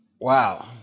wow